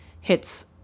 hits